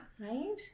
Right